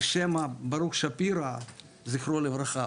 על שם ברוך שפירא זכרו לברכה,